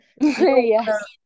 Yes